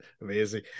amazing